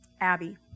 Abby